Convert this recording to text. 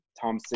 Tom